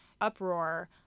uproar